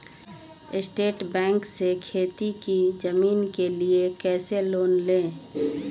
State Bank से खेती की जमीन के लिए कैसे लोन ले?